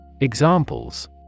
Examples